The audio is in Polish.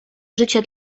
życie